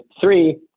three